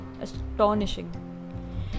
astonishing